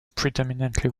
predominantly